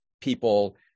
people